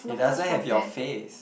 it doesn't have your face